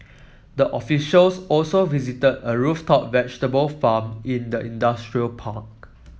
the officials also visited a rooftop vegetable farm in the industrial park